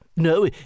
No